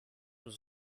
was